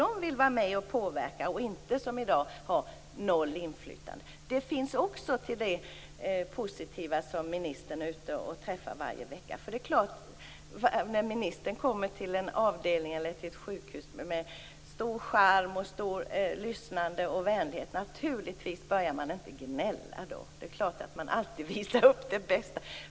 De vill vara med och påverka, inte som i dag ha noll inflytande. Det hör också till det positiva som ministern möter varje vecka. När ministern kommer till en avdelning eller till ett sjukhus med stor charm och stort lyssnande och vänlighet, börjar man naturligtvis inte gnälla. Man visar alltid upp det bästa.